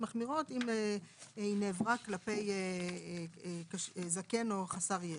מחמירות אם היא נעברה כלפי זקן או חסר ישע.